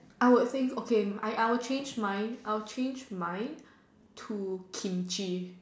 I would think okay I I would change mine I would change mine to Kimchi